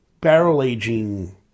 barrel-aging